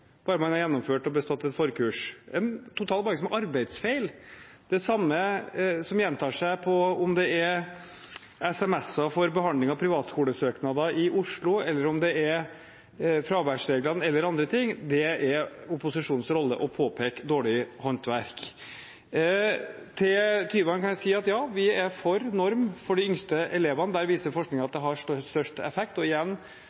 bare man har gjennomført og bestått et forkurs – et eksempel på en arbeidsfeil. Og det er det samme som gjentar seg enten det er SMS-er for behandling av privatskolesøknader i Oslo, eller det er fraværsreglene eller andre ting – det er opposisjonens rolle å påpeke dårlig håndverk. Til Tyvand kan jeg si at ja, vi er for en norm for de yngste elevene. Der viser forskningen at det har størst effekt. Og igjen